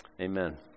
Amen